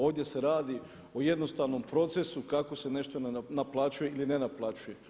Ovdje se radi o jednostavnom procesu kako se nešto naplaćuje ili ne naplaćuje.